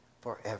forever